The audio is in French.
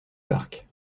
parc